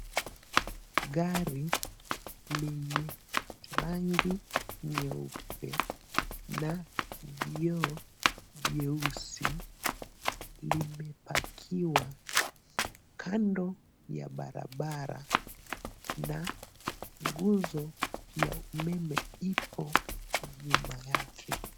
Gari lenye rangi nyeupe na vioo vyeusi limepakiwa kando ya barabara na nguzo ya umeme ipo nyuma yake.